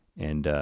and